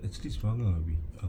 I think